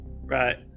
Right